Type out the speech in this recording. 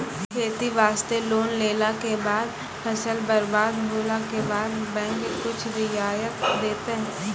खेती वास्ते लोन लेला के बाद फसल बर्बाद होला के बाद बैंक कुछ रियायत देतै?